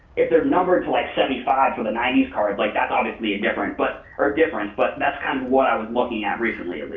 if they're numbered to like seventy five for the ninety s card, like that's obviously a different but, or different but that's kind of what i was looking at recently at